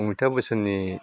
Amitabh बच्चननि